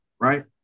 right